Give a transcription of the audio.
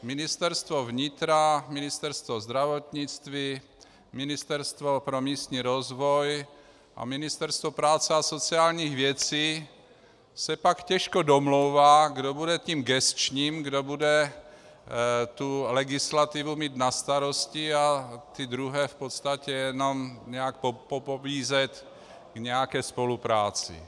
Ministerstvo vnitra, Ministerstvo zdravotnictví, Ministerstvo pro místní rozvoj a Ministerstvo práce a sociálních věcí se pak těžko domlouvají, kdo bude tím gesčním, kdo bude tu legislativu mít na starosti a ty druhé v podstatě jenom pobízet k nějaké spolupráci.